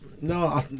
No